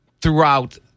throughout